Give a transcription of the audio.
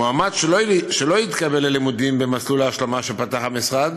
מועמד שלא התקבל ללימודים במסלול ההשלמה שפתח המשרד